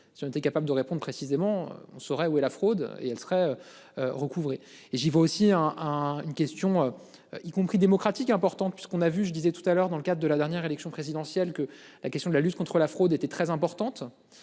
si on était capable de répondre précisément. On saura où est la fraude et elle serait. Recouvrer et j'y vois aussi un, un, une question. Y compris démocratiques importante puisqu'on a vu je disais tout à l'heure dans le cadre de la dernière élection présidentielle, que la question de la lutte contre la fraude était très importante.